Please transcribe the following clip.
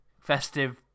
festive